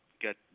get